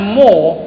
more